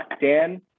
Dan